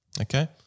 Okay